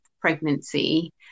pregnancy